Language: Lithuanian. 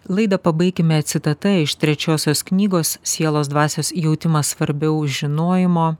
laidą pabaikime citata iš trečiosios knygos sielos dvasios jautimas svarbiau žinojimo